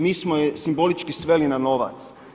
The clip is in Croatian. Mi smo je simbolički sveli na novac.